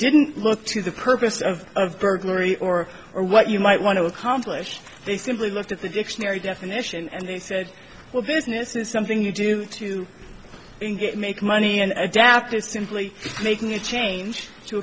didn't look to the purpose of of burglary or or what you might want to accomplish they simply looked at the dictionary definition and they said well business is something you do to make money and adapt to simply making a change to